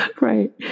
Right